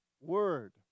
word